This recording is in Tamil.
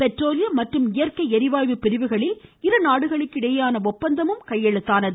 பெட்ரோலியம் மற்றும் இயற்கை ளிவாயு பிரிவுகளில் இருநாடுகளுக்கிடையேயான ஒப்பந்தம் கையெழுத்தானது